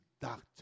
doctor